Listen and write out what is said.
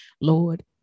Lord